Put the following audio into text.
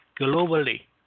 globally